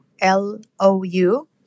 L-O-U